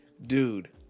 dude